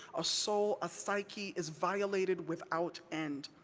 a soul, a psyche, is violated without end.